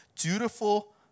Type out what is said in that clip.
Dutiful